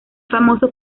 famoso